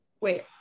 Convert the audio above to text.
Wait